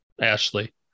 Ashley